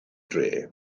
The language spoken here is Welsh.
dref